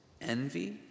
Envy